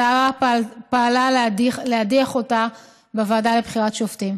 השרה פעלה להדיח אותה בוועדה לבחירת שופטים.